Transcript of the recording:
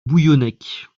bouillonnec